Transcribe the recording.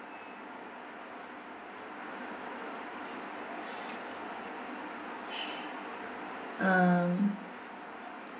um